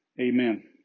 Amen